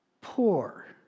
poor